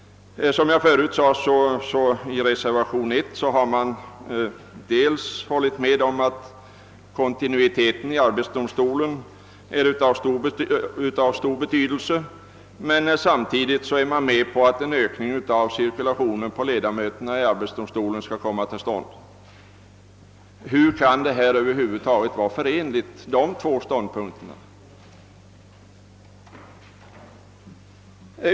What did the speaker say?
I reservationen I har man dels hållit med om att kontinuiteten i arbetsdomstolen är av stor betydelse, dels framhållit vikten av en ökning av cirkulatioren på ledamöterna i arbetsdomstolen. Hur kan dessa två ståndpunkter vara förenliga?